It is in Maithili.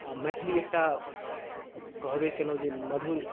आ मैथिली एकटा कहबे केलहुँ जे मधुर